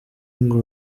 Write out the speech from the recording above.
ngo